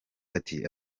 ati